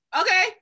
okay